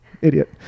idiot